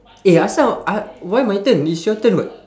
eh asal ah why my turn it's your turn [what]